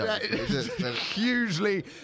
Hugely